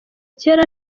kera